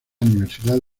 universidad